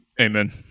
Amen